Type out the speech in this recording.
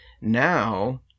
now